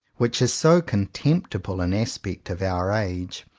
which is so contemptible an aspect of our age,